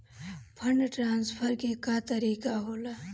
Fund transfer के का तरीका होला?